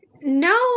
No